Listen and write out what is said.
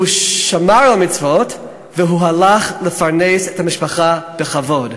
הוא שמר מצוות והוא הלך לפרנס את המשפחה בכבוד.